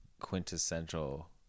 quintessential